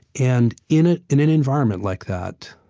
and in ah in an environment like that,